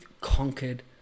conquered